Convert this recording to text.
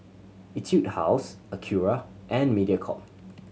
Etude House Acura and Mediacorp